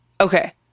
Okay